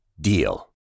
DEAL